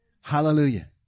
Hallelujah